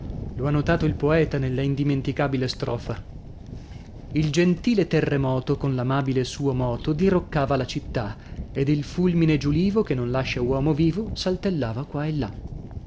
lo ha notato il poeta nella indimenticabile strofa il gentile terremoto con l'amabile suo moto diroccava le città ed il fulmine giulivo che non lascia uomo vivo saltellava qua e là